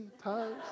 times